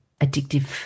addictive